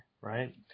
right